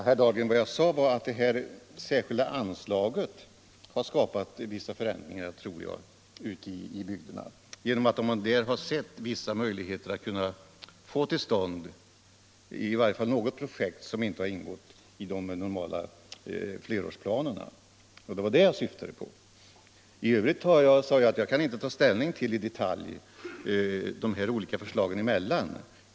Herr talman! Vad jag sade, herr Dahlgren, var att det särskilda anslaget skapat förväntningar ute i bygderna; man har där sett vissa möjligheter att genom detta få till stånd åtminstone något projekt som inte ingått i de normala flerårsplanerna. I övrigt sade jag att jag inte i detalj kan ta ställning till de här olika förslagen.